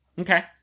Okay